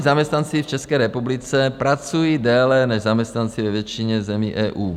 Navíc zaměstnanci v České republice pracují déle než zaměstnanci ve většině zemí EU.